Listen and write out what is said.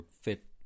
fit